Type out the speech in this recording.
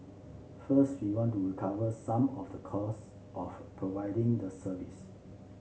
first we want to recover some of the cost of providing the service